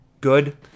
good